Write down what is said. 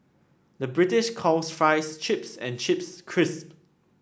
the British calls fries chips and chips crisp